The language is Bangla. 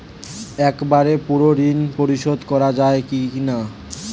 একবারে পুরো ঋণ পরিশোধ করা যায় কি না?